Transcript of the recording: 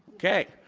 okay.